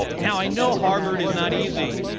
now, i know harvard is not easy,